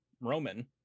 roman